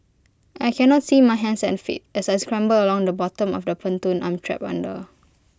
I cannot see my hands and feet as I scramble along the bottom of the pontoon I'm trapped under